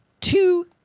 two